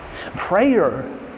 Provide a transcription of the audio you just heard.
Prayer